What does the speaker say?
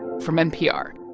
from npr